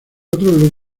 otros